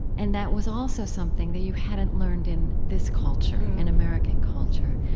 and that was also something that you hadn't learned in this culture, in american culture.